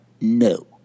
No